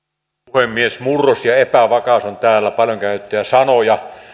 puhemies murros ja epävakaus ovat täällä paljon käytettyjä sanoja